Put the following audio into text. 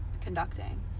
conducting